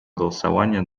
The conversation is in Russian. голосования